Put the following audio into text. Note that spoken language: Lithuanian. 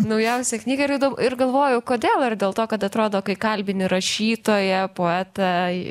naujausią knygą radau ir galvojau kodėl ar dėl to kad atrodo kai kalbini rašytoją poetą